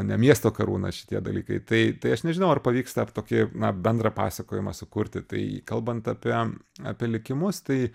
ne miesto karūna šitie dalykai tai tai aš nežinau ar pavyks tą tokį na bendrą pasakojimą sukurti tai kalbant apie apie likimus tai